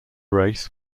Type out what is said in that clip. race